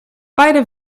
beide